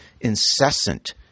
incessant